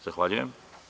Zahvaljujem.